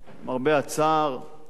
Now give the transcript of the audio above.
למרבה הצער,